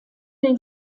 den